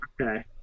Okay